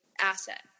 asset